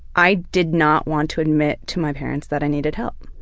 i did not want to admit to my parents that i needed help,